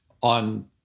on